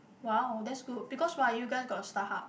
!whoa! that's good because why you guys got Starhub